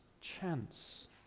chance